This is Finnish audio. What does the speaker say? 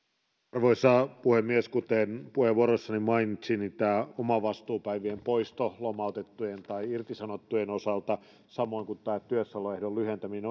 arvoisa puhemies kuten puheenvuorossani mainitsin tämä omavastuupäivien poisto lomautettujen tai irtisanottujen osalta samoin kuin tämä työssäoloehdon lyhentäminen